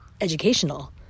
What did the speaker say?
educational